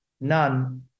none